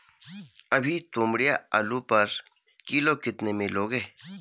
अभी तोमड़िया आलू पर किलो कितने में लोगे?